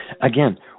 Again